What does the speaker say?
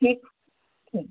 ٹھیک ٹھیک